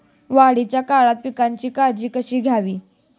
वाढीच्या काळात पिकांची काळजी कशी घ्यावी?